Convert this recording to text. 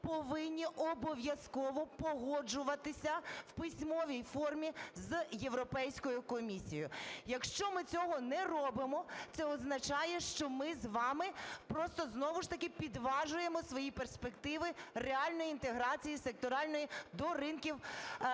повинні обов'язково погоджуватися в письмовій формі з Європейською комісією. Якщо ми цього не робимо, це означає, що ми з вами просто, знову ж таки, підважуємо свої перспективи реальної інтеграції секторальної до ринків